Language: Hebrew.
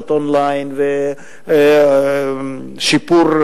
ואנחנו עכשיו לאחר קיום מכרזים ולאחר נקיטת צעדים מסוימים לשיפור,